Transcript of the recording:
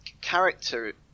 character